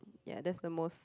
ya that's the most